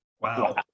Wow